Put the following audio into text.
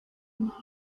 models